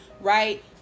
right